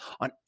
on